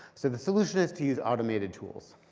so the solution is to use automated tools.